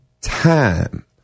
time